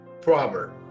Proverb